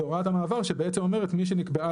זו הוראת המעבר שבעצם אומרת מי שנקבעה